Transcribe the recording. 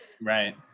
Right